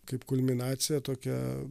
kaip kulminacija tokia